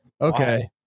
okay